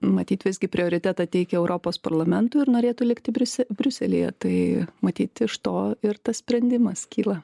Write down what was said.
matyt visgi prioritetą teikia europos parlamentui ir norėtų likti bruse briuselyje tai matyt iš to ir tas sprendimas kyla